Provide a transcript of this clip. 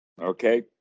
Okay